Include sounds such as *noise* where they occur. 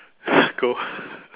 *breath* go